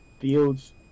Fields